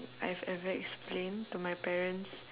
I've ever explained to my parents